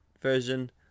version